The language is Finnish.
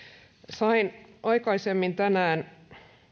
sain myös aikaisemmin tänään